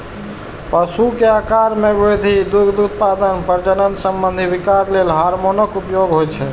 पशु के आाकार मे वृद्धि, दुग्ध उत्पादन, प्रजनन संबंधी विकार लेल हार्मोनक उपयोग होइ छै